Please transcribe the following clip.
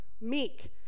meek